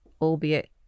albeit